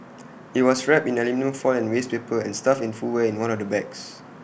IT was wrapped in aluminium foil and waste paper and stuffed in footwear in one of the bags